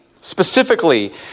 specifically